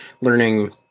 learning